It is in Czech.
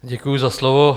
Děkuji za slovo.